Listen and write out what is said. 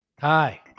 hi